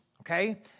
okay